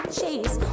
chase